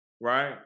Right